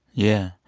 yeah.